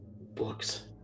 books